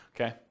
okay